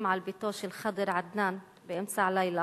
על ביתו של ח'דר עדנאן באמצע הלילה.